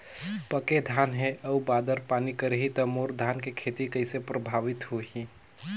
पके धान हे अउ बादर पानी करही त मोर धान के खेती कइसे प्रभावित होही?